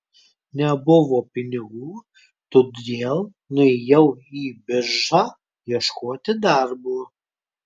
nebuvo pinigų todėl nuėjau į biržą ieškoti darbo